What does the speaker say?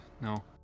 no